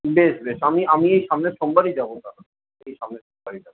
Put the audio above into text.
বেশ বেশ আমি আমি এই সামনের সোমবারই যাব তাহলে এই সামনের সোমবারই যাব